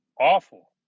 Awful